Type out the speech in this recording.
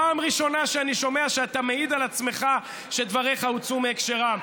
פעם ראשונה שאני שומע שאתה מעיד על עצמך שדבריך הוצאו מהקשרם.